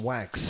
Wax